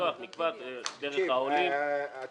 אני